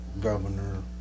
governor